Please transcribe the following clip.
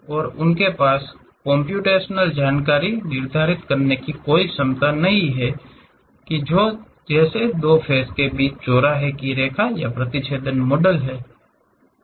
और उनके पास कम्प्यूटेशनल जानकारी निर्धारित करने की कोई क्षमता नहीं है जैसे दो फ़ेस के बीच चौराहे की रेखा या प्रतिच्छेदन मॉडल है